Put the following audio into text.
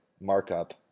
markup